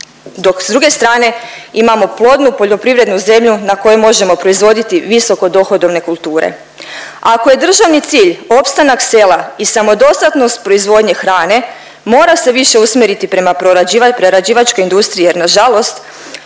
dok s druge strane imamo plodnu poljoprivrednu zemlju na kojoj možemo proizvoditi visoko dohodovne kulture. Ako je državni cilj opstanak sela i samodostatnost proizvodnje hrane mora se više usmjeriti prema prerađivačkoj industriji jer nažalost